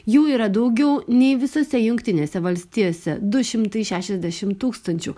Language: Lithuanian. jų yra daugiau nei visose jungtinėse valstijose du šimtai šešiasdešim tūkstančių